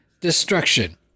destruction